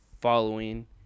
following